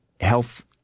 health